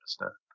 understand